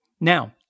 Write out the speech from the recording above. Now